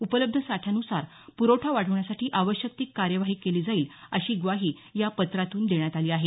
उपलब्ध साठ्यानुसार प्रवठा वाढवण्यासाठी आवश्यक ती कार्यवाही केली जाईल अशी ग्वाही या पत्रातून देण्यात आली आहे